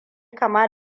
kama